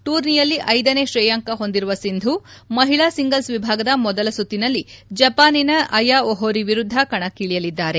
ಣೂರ್ನಿಯಲ್ಲಿ ಐದನೇ ಶ್ರೇಯಾಂಕ ಹೊಂದಿರುವ ಸಿಂಧೂ ಮಹಿಳಾ ಸಿಂಗಲ್ಪ್ ವಿಭಾಗದ ಮೊದಲ ಸುತ್ತಿನಲ್ಲಿ ಜಪಾನಿನ ಅಯಾ ಒಹೊರಿ ವಿರುದ್ದ ಕಣಕ್ಕಿ ಳಿಯಲಿದ್ದಾರೆ